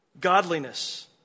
Godliness